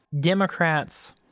Democrats